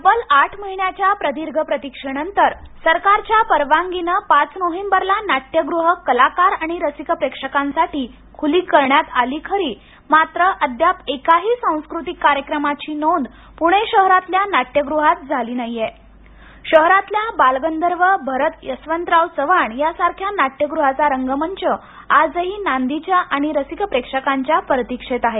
तब्बल आठ महिन्याच्या प्रदीर्घ प्रतीक्षेनंतर सरकारच्या परवानगीनं पाच नोव्हेंबरला नाट्यगृह कलाकार आणि रसिक प्रेक्षकांसाठी खुली करण्यात आली खरी मात्र अद्याप एकाही सांस्कृतिक कार्यक्रमांची नोंद पुणे शहरातल्या नाट्यगुहात झाली नाही शहरातल्या बालगंधर्व भरत यशवंतराव चव्हाण यासारख्या नाट्यगृहाचा रगमंच आजही नांदीच्या आणि रसिक प्रेक्षकांच्या प्रतीक्षेत आहे